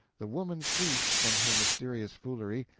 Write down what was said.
the woman ceased from her mysterious foolery,